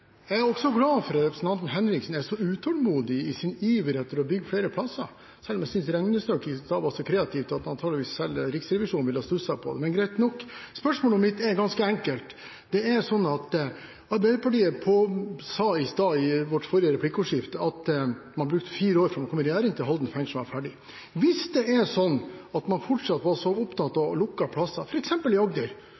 Jeg er også glad for at representanten Kari Henriksen er så utålmodig i sin iver etter å bygge flere plasser, selv om jeg synes regnestykket i stad var så kreativt at antageligvis selv Riksrevisjonen ville ha stusset på det – men greit nok. Spørsmålet mitt er ganske enkelt. Arbeiderpartiet sa i stad, i vårt forrige replikkordskifte, at man brukte fire år fra man kom i regjering, til Halden fengsel var ferdig. Hvis man fortsatt var så opptatt av lukkede plasser, f.eks. i Agder,